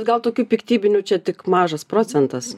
gal tokių piktybinių čia tik mažas procentas